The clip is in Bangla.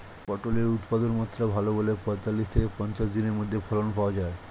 পটলের উৎপাদনমাত্রা ভালো বলে পঁয়তাল্লিশ থেকে পঞ্চাশ দিনের মধ্যে ফসল পাওয়া যায়